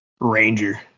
Ranger